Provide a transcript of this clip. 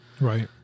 Right